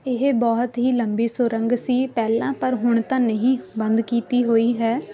ਇਹ ਬਹੁਤ ਹੀ ਲੰਬੀ ਸੁਰੰਗ ਸੀ ਪਹਿਲਾਂ ਪਰ ਹੁਣ ਤਾਂ ਨਹੀਂ ਬੰਦ ਕੀਤੀ ਹੋਈ ਹੈ